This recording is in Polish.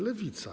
Lewica.